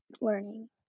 learning